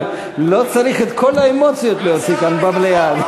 אבל לא צריך את כל האמוציות לשים כאן במליאה.